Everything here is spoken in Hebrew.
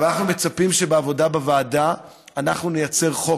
אבל אנחנו מצפים שבעבודה בוועדה אנחנו נייצר חוק